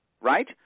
right